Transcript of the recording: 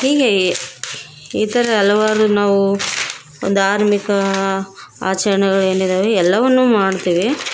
ಹೀಗೆಯೇ ಈ ಥರ ಹಲವಾರು ನಾವು ಒಂದು ಧಾರ್ಮಿಕ ಆಚರಣೆಗಳೇನಿದ್ದಾವೆ ಎಲ್ಲವನ್ನೂ ಮಾಡ್ತೀವಿ